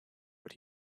what